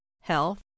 health